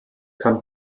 kann